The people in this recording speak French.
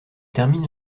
termine